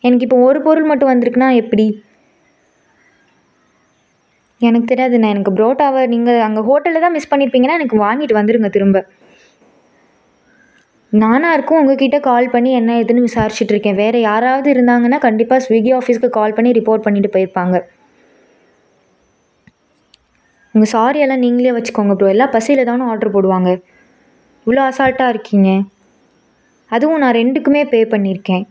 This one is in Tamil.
எனக்கு இப்போது ஒரு பொருள் மட்டும் வந்துருக்குன்னா எப்படி எனக்கு தெரியாது நான் எனக்கு பரோட்டாவ நீங்கள் அங்கே ஹோட்டேலில் தான் மிஸ் பண்ணிருப்பிங்கன்னா எனக்கு வாங்கிட்டு வந்துடுங்க திரும்ப நானா இருக்க உங்கக்கிட்ட கால் பண்ணி என்ன ஏதுனு விசாரிச்சிட்டுருக்கேன் வேற யாராவது இருந்தாங்கன்னா கண்டிப்பா ஸ்விக்கி ஆஃபிஸ்க்கு கால் பண்ணி ரிப்போர்ட் பண்ணிவிட்டு போயிருப்பாங்க உங்கள் சாரி எல்லாம் நீங்களே வச்சுக்கோங்க ப்ரோ எல்லாம் பசியில் தான ஆர்ட்ரு போடுவாங்க இவ்வளோ அசால்ட்டா இருக்கீங்க அதுவும் நான் ரெண்டுக்குமே பே பண்ணிருக்கேன்